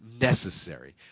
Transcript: necessary